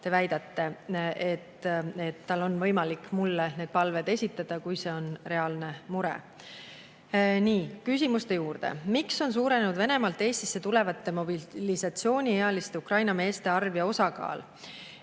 te väidate. Tal on võimalik mulle need palved esitada, kui see on reaalne mure. Nii. Küsimuste juurde. "Miks on suurenenud Venemaalt Eestisse tulevate mobilisatsiooniealiste Ukraina meeste arv ja osakaal?"